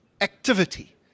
activity